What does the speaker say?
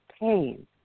pain